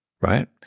right